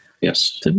Yes